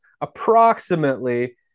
approximately